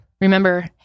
Remember